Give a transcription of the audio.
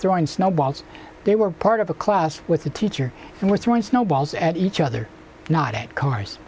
throwing snowballs they were part of a class with the teacher and were throwing snowballs at each other not at cars